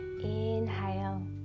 inhale